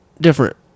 different